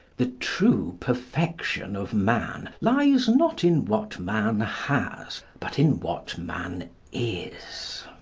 the true perfection of man lies, not in what man has, but in what man is.